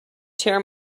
tear